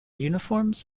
uniforms